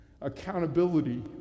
Accountability